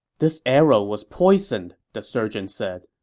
this arrow was poisoned, the surgeon said.